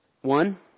One